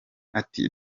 ati